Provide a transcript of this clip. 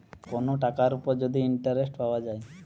কোন টাকার উপর যদি ইন্টারেস্ট পাওয়া যায়